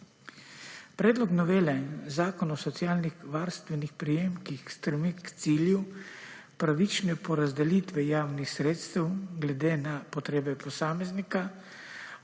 Predlog novele Zakon o socialnih varstvenih prejemkih strmi k cilju pravične porazdelitve javnih sredstev glede na potrebe posameznika